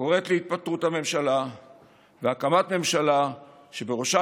קוראת להתפטרות הממשלה והקמת ממשלה שבראשה